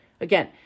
Again